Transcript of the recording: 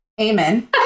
Amen